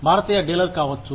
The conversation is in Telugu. భారతీయ డీలర్ కావచ్చు